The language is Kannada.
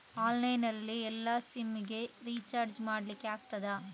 ಆನ್ಲೈನ್ ನಲ್ಲಿ ಎಲ್ಲಾ ಸಿಮ್ ಗೆ ರಿಚಾರ್ಜ್ ಮಾಡಲಿಕ್ಕೆ ಆಗ್ತದಾ?